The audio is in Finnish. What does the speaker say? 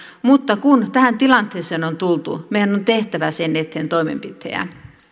mutta kun tähän tilanteeseen on tultu meidän on tehtävä sen eteen toimenpiteitä